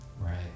Right